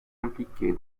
impliquée